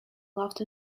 loved